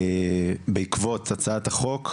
בעקבות הצעת החוק,